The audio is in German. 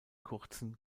kurzen